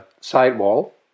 sidewall